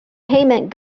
payment